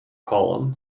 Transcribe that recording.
column